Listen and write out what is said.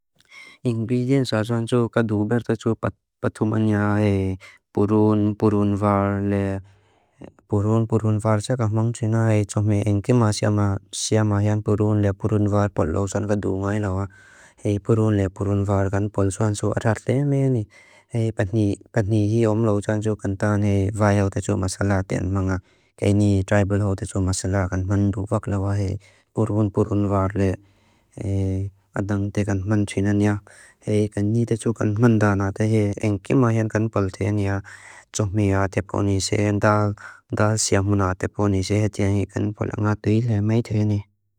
Íngvidiín sátsánsu ka dhúbertátsu patthu mañá purún, purún vár, le. Purún, purún vár sá ka hamang triná, é tsaumé én kímá siamá, siamá hián purún le purún vár paláu sán va dhúngái lauá. Héi, purún le purún vár kan paláu sánsu adhátlea meani. Héi, patni, patni hí omláu sánsu kan tán héi váyáu tátsú masalá tén manga. Kéini tráibalháu tátsú masalá kan man dhúbak lauá héi purún, purún vár le. Héi, adháng té kan man triná niá héi kan ní tátsú kan man dhá na tén héi én kímá hián kan paláu tén hiá. Tsaumé áté paunísé ándá ándá siamú na áté paunísé héi tén héi kan paláu ángá tuilé maitén héi.